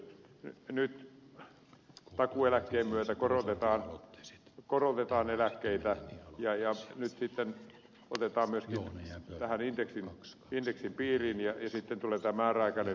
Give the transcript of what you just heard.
nyt takuueläkkeen myötä korotetaan eläkkeitä ja nyt sitten ne otetaan myöskin tähän indeksin piiriin ja sitten tulee tämä määräaikainen tarkastus